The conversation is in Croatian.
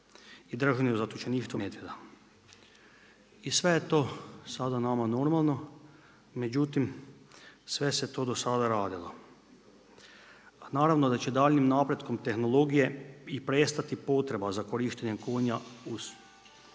i držanje u zatočeništvu medvjeda. I sve je to sada nama normalno međutim sve se to do sada radilo. A naravno da će daljnjim napretkom tehnologije i prestati potreba za korištenjem konja uz za